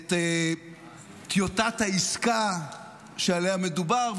את טיוטת העסקה שעליה מדובר.